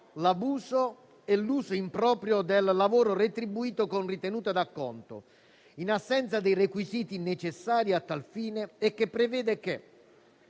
l'abuso e l'uso improprio del lavoro retribuito con ritenuta d'acconto in assenza dei requisiti necessari a tal fine e che prevede che,